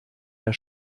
der